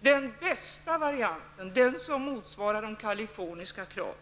den bästa varianten, den som motsvarar de kaliforniska kraven.